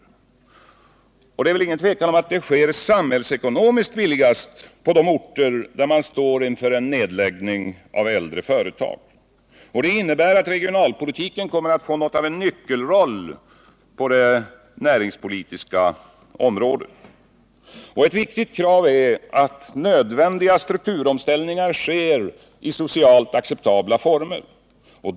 Och det råder väl ingen tvekan om att detta sker samhällsekonomiskt billigast på de orter där man står inför nedläggningar av äldre företag. Detta innebär att regionalpolitiken kommer att få något av en nyckelroll på det näringspolitiska området. Ett viktigt krav är att nödvändiga strukturomställningar sker i socialt acceptabla former.